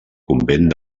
convent